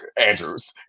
Andrews